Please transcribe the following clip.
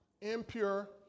impure